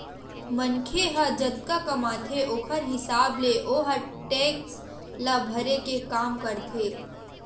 मनखे ह जतका कमाथे ओखर हिसाब ले ओहा टेक्स ल भरे के काम करथे